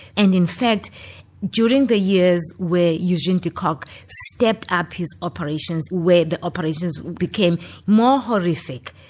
and in fact during the years where eugene de kock stepped up his operations, where the operations became more horrific,